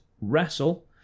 wrestle